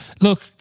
Look